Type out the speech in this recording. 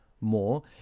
more